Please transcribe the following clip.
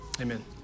Amen